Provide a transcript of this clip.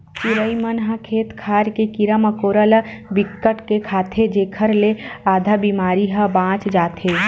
चिरई मन ह खेत खार के कीरा मकोरा ल बिकट के खाथे जेखर ले आधा बेमारी ह बाच जाथे